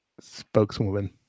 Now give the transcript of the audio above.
spokeswoman